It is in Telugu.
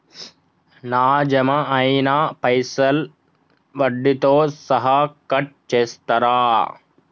నా జమ అయినా పైసల్ వడ్డీతో సహా కట్ చేస్తరా?